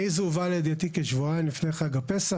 זה הובא לידיעתי כשבועיים לפני חג הפסח.